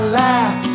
laugh